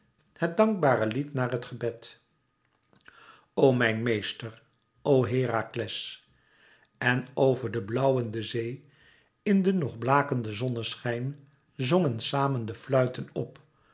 het dankbare lied na het gebed o mijn meester o herakles en over de blauwende zee in den nog blakenden zonneschijn zongen samen de fluiten op